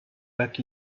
back